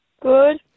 Good